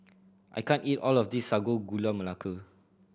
I can't eat all of this Sago Gula Melaka